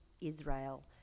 Israel